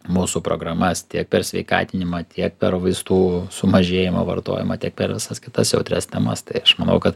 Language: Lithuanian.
mūsų programas tiek per sveikatinimą tiek per vaistų sumažėjimą vartojimą tiek per visas kitas jautrias temas tai aš manau kad